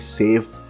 safe